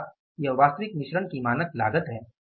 अर्थात यह वास्तविक मिश्रण की मानक लागत है